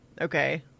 okay